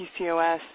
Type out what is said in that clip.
PCOS